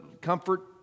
comfort